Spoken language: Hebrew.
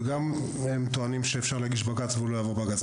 והם גם טוענים שאפשר להגיש בג"צ ושזה לא יעבור לבג"ץ.